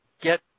get